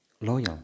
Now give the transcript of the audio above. loyal